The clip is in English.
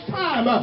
time